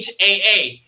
HAA